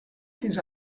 fins